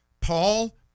Paul